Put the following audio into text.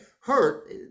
hurt